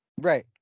Right